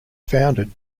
founded